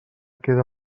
queda